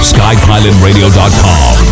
Skypilotradio.com